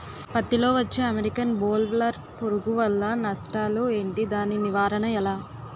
పత్తి లో వచ్చే అమెరికన్ బోల్వర్మ్ పురుగు వల్ల నష్టాలు ఏంటి? దాని నివారణ ఎలా?